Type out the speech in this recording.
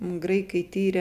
graikai tyrė